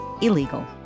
illegal